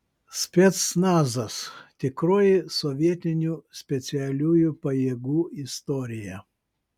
specnazas tikroji sovietinių specialiųjų pajėgų istorija